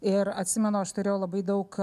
ir atsimenu aš turėjau labai daug